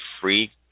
free